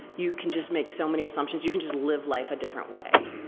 you can just make so many assumptions, you can just live life a different way.